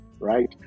right